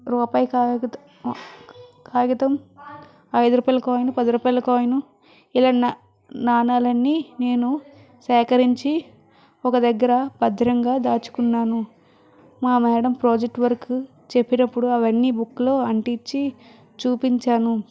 రూపాయి కాగితం కాగితం ఐదు రూపాయలు కాయిన్ పది రూపాయలు కాయిన్ ఇలా నా నాణాలన్నీ నేను సేకరించి ఒక దగ్గర భద్రంగా దాచుకున్నాను మా మ్యాడం ప్రాజెక్ట్ వర్క్ చెప్పినప్పుడు అవన్నీ బుక్ లో అంటించి చూపించాను